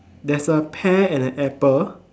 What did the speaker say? there's a pear and a apple